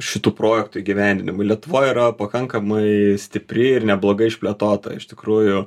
šitų projektų įgyvendinimui lietuvoj yra pakankamai stipri ir neblogai išplėtota iš tikrųjų